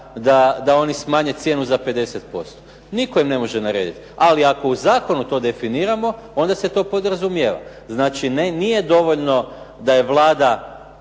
da oni smanje cijenu za 50%. Nitko im ne može narediti. Ali ako u zakonu to definiramo onda se to podrazumijeva. Znači, nije dovoljno da je Vlada,